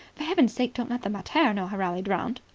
for heaven's sake don't let the mater know i rallied round.